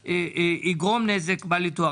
יגרום נזק בל יתואר.